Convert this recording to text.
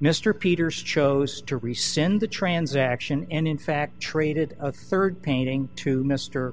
mr peters chose to rescind the transaction and in fact traded a rd painting to mr